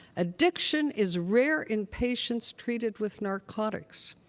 addiction is rare in patients treated with narcotics.